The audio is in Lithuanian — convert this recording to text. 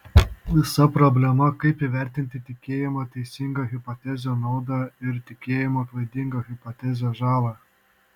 visa problema kaip įvertinti tikėjimo teisinga hipoteze naudą ir tikėjimo klaidinga hipoteze žalą